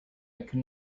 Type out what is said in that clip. could